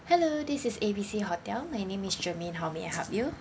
hello this is A B C hotel my name is charmaine how may I help you